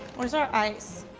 where's our ice?